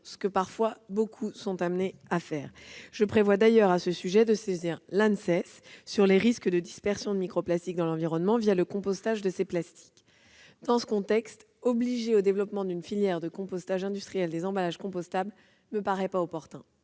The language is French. de personnes sont conduites à faire. D'ailleurs, je prévois de saisir l'Anses des risques de dispersion de microplastiques dans l'environnement via le compostage de ces plastiques. Dans ce contexte, obliger au développement d'une filière de compostage industriel des emballages compostables ne me paraît pas opportun